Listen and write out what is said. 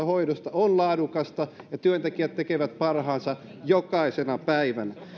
hoidosta on laadukasta ja työntekijät tekevät parhaansa jokaisena päivänä